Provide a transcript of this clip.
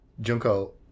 junko